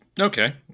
Okay